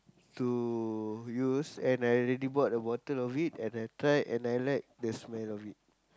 to use and I already bought a bottle of it and I tried and I like the smell of it